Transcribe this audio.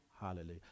Hallelujah